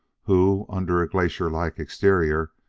who, under a glacier-like exterior,